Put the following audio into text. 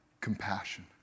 compassion